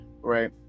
right